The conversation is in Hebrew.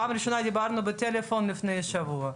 פעם ראשונה דיברנו בטלפון לפני שבוע.